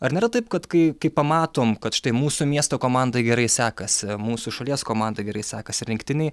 ar nėra taip kad kai kai pamatom kad štai mūsų miesto komandai gerai sekasi mūsų šalies komandai gerai sekasi rinktinėj